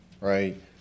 right